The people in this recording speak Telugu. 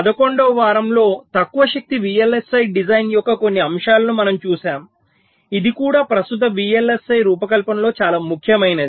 11 వ వారంలో తక్కువ శక్తి VLSI డిజైన్ యొక్క కొన్ని అంశాలను మనము చూశాము ఇది కూడా ప్రస్తుత VLSI రూపకల్పనలో చాలా ముఖ్యమైనది